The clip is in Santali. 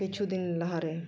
ᱠᱤᱪᱷᱩ ᱫᱤᱱ ᱞᱟᱦᱟᱨᱮ